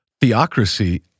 theocracy